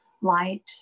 light